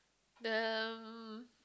the